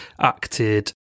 acted